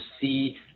see